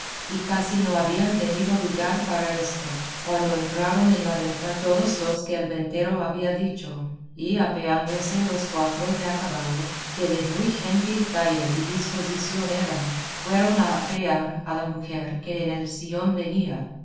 y casi no habían tenido lugar para esto cuando entraron en la venta todos los que el ventero había dicho y apeándose los cuatro de a caballo que de muy gentil talle y disposición eran fueron a apear a la mujer que en el sillón venía